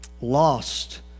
lost